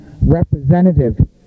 representative